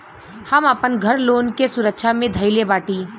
हम आपन घर लोन के सुरक्षा मे धईले बाटी